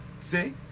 See